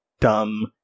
dumb